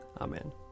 Amen